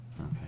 Okay